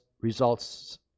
results